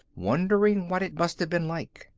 wondering what it must have been like.